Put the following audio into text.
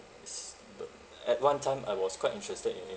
it's but at one time I was quite interested in in